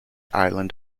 island